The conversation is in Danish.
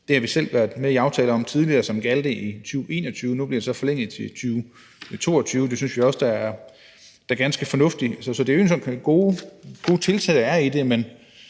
Det har vi selv været med i en aftale om tidligere, hvor det gjaldt i 2021, og nu bliver det så forlænget til 2022. Det synes vi også er ganske fornuftigt. Så det er egentlig sådan gode tiltag, der